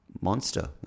monster